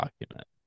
document